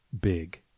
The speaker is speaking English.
big